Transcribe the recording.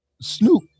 Snoop